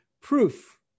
proof